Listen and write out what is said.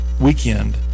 weekend